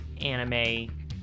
anime